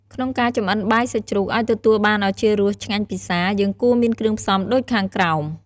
ក្នុងការចម្អិនបាយសាច់ជ្រូក ឱ្យទទួលបានឱជារសឆ្ងាញ់ពិសា យើងគួរមានគ្រឿងផ្សំដូចខាងក្រោម។